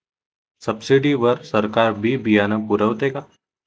Subsidy वर सरकार बी बियानं पुरवते का?